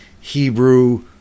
Hebrew